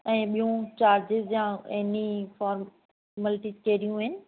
ऐं ॿियो चार्जेस या एनी फॉरमल्टियूं कहिड़ियूं आहिनि